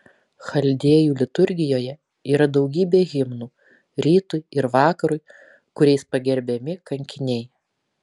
chaldėjų liturgijoje yra daugybė himnų rytui ir vakarui kuriais pagerbiami kankiniai